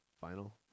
Final